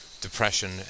depression